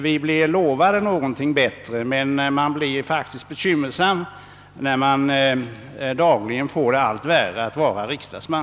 Vi utlovas förbättringar, men man har anledning hysa bekymmer när det för varje dag blir allt besvärligare att vara riksdagsman.